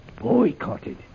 Boycotted